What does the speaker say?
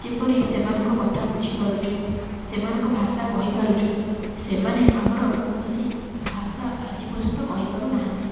ଯେପରି ସେମାନଙ୍କ କଥା ବୁଝିପାରୁଛୁ ସେମାନଙ୍କ ଭାଷା କହିପାରୁଛୁ ସେମାନେ ଆମର କୌଣସି ଭାଷା ଆଜି ପର୍ଯ୍ୟନ୍ତ କହିପାରୁନାହାନ୍ତି